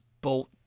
bolt